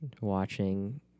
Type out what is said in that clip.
watching